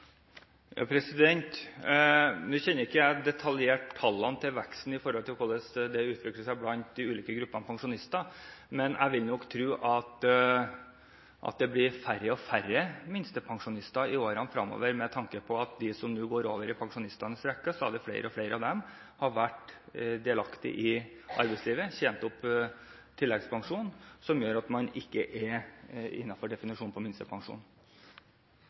Nå kjenner ikke jeg de detaljerte tallene for hvordan veksten utvikler seg blant de ulike gruppene pensjonister, men jeg vil nok tro at det blir færre og færre minstepensjonister i årene fremover med tanke på at stadig flere av dem som nå går over i pensjonistenes rekker, har vært delaktige i arbeidslivet og tjent opp tilleggspensjon som gjør at man ikke er innenfor definisjonen på minstepensjon.